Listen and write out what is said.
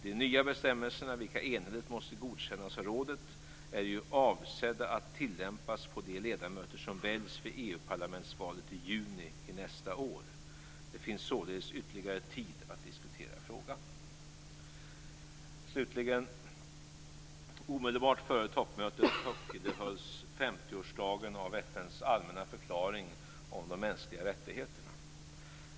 De nya bestämmelserna, vilka enhälligt måste godkännas av rådet, är avsedda att tillämpas på de ledamöter som väljs vid EU parlamentsvalet i juni nästa år. Det finns således ytterligare tid att diskutera frågan. Slutligen: Omedelbart före toppmötet högtidlighölls 50-årsdagen av FN:s allmänna förklaring om de mänskliga rättigheterna.